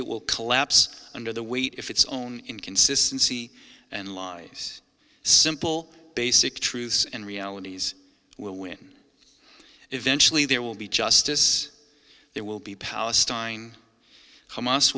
it will collapse under the weight if its own inconsistency and lies simple basic truths and realities will win eventually there will be just as there will be palestine hamas